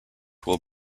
will